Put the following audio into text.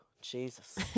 Jesus